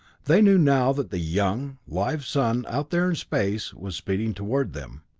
they knew now that the young, live sun, out there in space, was speeding toward them,